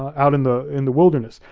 out in the in the wilderness.